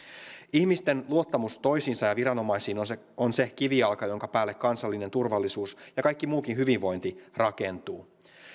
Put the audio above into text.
ihmisten luottamus toisiinsa ja viranomaisiin on se kivijalka jonka päälle kansallinen turvallisuus ja kaikki muukin hyvinvointi rakentuu